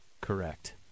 correct